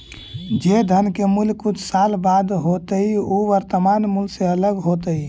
जे धन के मूल्य कुछ साल बाद होतइ उ वर्तमान मूल्य से अलग होतइ